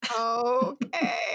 Okay